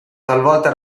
talvolta